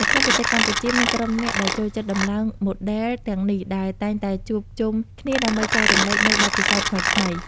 នៅក្នុងប្រទេសកម្ពុជាមានក្រុមអ្នកដែលចូលចិត្តដំឡើងម៉ូដែលទាំងនេះដែលតែងតែជួបជុំគ្នាដើម្បីចែករំលែកនូវបទពិសោធន៍ថ្មីៗ។